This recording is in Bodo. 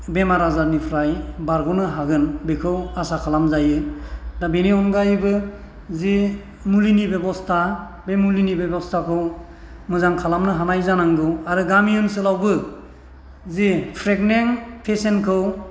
बेमार आजारनिफ्राय बारग'नो हागोन बेखौ आसा खालामजायो दा बेनि अनगायैबो जि मुलिनि बेब'स्था बे मुलिनि बेब'स्थाखौ मोजां खालामनो हानाय जानांगौ आरो गामि ओनसोलावबो जि प्रेगनेन्ट पेसेन्टखौ